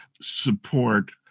support